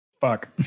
Fuck